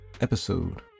episode